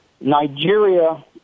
Nigeria